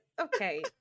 Okay